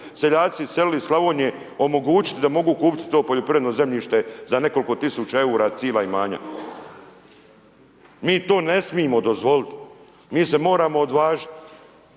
seljaci iselili iz Slavonije omogućiti da mogu kupiti to poljoprivredno zemljište za nekoliko tisuća eura cijela imanja. Mi to ne smijemo dozvoliti. Mi se moramo odvažiti.